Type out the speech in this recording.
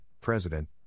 President